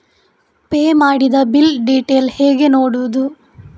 Pay ಮಾಡಿದ bill detail ಹೇಗೆ ನೋಡುವುದು?